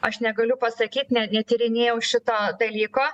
aš negaliu pasakyt ne netyrinėjau šito dalyko